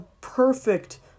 perfect